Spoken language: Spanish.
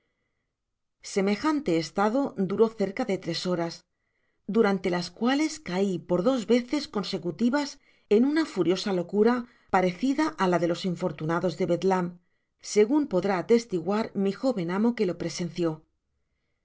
semejante estado duró cerca de tres horas durante las cuales cai por dos veces consecutivas en una furiosa locura parecida á la de los afortunados de bedlam segun podrá atestiguar mi jóven amo que lo presenció